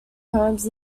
homes